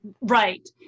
right